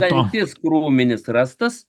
dantis krūminis rastas